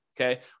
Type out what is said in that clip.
okay